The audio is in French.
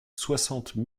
soixante